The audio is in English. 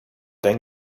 then